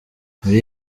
muri